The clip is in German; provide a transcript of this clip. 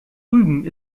rügen